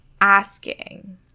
asking